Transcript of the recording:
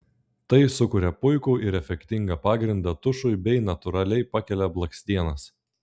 tai sukuria puikų ir efektingą pagrindą tušui bei natūraliai pakelia blakstienas